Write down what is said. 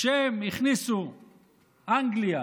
אנגליה